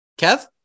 Kev